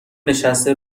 نشسته